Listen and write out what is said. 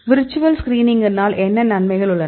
virtual ஸ்கிரீனிங்கினால் என்ன நன்மைகள் உள்ளன